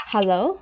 Hello